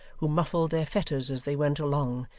who muffled their fetters as they went along,